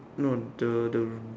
no the the